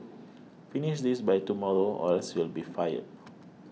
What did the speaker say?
finish this by tomorrow or else you'll be fired